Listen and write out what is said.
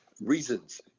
reasons